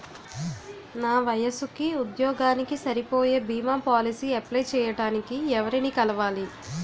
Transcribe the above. నా వయసుకి, ఉద్యోగానికి సరిపోయే భీమా పోలసీ అప్లయ్ చేయటానికి ఎవరిని కలవాలి?